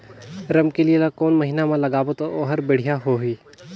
रमकेलिया ला कोन महीना मा लगाबो ता ओहार बेडिया होही?